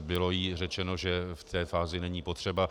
Bylo jí řečeno, že v té fázi není potřeba.